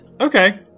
Okay